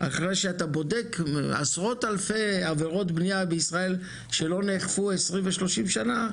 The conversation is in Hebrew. אחרי שאתה בודק עשרות אלפי עבירות בנייה בישראל שלא נאכפו 20 ו-30 שנה,